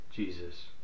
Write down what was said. Jesus